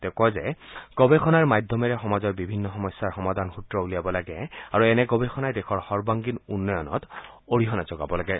তেওঁ কয় যে গৱেষণাৰ মাধ্যমেৰে সমাজৰ বিভিন্ন সমস্যাৰ সমাধান সূত্ৰ উলিয়াব লাগে আৰু এনে গৱেষণাই দেশৰ সৰ্বাংগীন উন্নয়নত অৰিহণা যোগাব লাগে